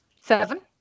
Seven